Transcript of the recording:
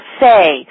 say